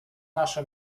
nasze